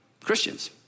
Christians